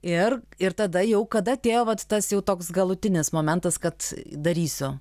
ir ir tada jau kada atėjo vat tas jau toks galutinis momentas kad darysiu